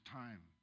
time